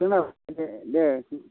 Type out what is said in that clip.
जोंनाव दे